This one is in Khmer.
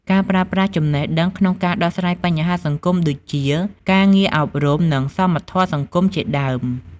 ការប្រើប្រាស់ចំណេះដឹងក្នុងការដោះស្រាយបញ្ហាសង្គមដូចជា ការងារអប់រំ និងសមធម៌សង្គមជាដើម។